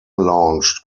launched